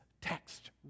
text